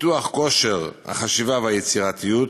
פיתוח כושר החשיבה והיצירתיות,